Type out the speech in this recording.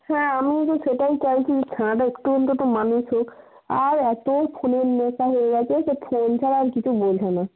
হ্যাঁ আমিও তো সেটাই চাইছি ছানাটা একটু অন্তত মানুষ হোক আর এত ফোনের নেশা হয়ে গেছে সে ফোন ছাড়া আর কিছু বোঝে না